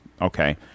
okay